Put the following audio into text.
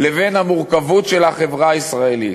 לבין המורכבות של החברה הישראלית,